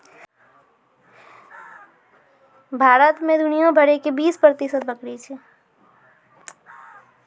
भारत मे दुनिया भरि के बीस प्रतिशत बकरी छै